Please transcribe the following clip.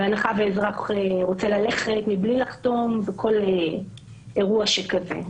בהנחה שאזרח רוצה ללכת מבלי לחתום או כל אירוע שכזה.